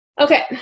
Okay